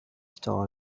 stall